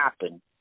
happen